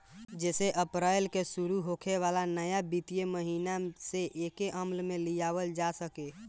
जेसे अप्रैल से शुरू होखे वाला नया वित्तीय महिना से एके अमल में लियावल जा सके